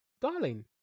Darling